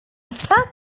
sap